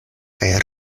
kaj